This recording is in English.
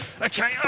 okay